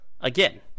Again